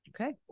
Okay